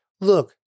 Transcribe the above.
Look